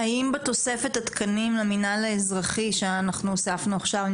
האם בתוספת התקנים למינהל האזרחי שאנחנו הוספנו עכשיו,